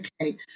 okay